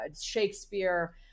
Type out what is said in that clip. Shakespeare